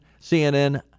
CNN